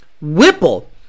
Whipple